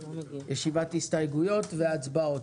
ישיבת הסתייגויות והצבעות.